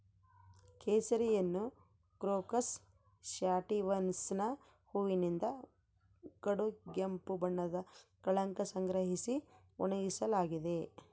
ಕೇಸರಿಯನ್ನುಕ್ರೋಕಸ್ ಸ್ಯಾಟಿವಸ್ನ ಹೂವಿನಿಂದ ಕಡುಗೆಂಪು ಬಣ್ಣದ ಕಳಂಕ ಸಂಗ್ರಹಿಸಿ ಒಣಗಿಸಲಾಗಿದೆ